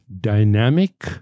dynamic